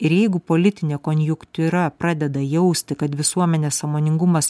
ir jeigu politinė konjuktiūra pradeda jausti kad visuomenės sąmoningumas